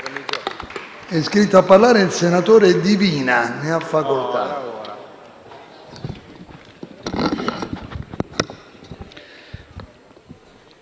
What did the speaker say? È iscritto a parlare il senatore Divina. Ne ha facoltà.